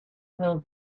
well